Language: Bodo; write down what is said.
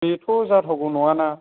बेथ' जाथावगौ नङा ना